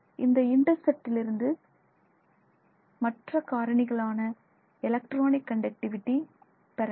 இந்த இன்டெர்செப்ட்லிருந்து மற்ற மற்ற காரணிகளான எலக்ட்ரானிக் கண்டக்டிவிடி பெறலாம்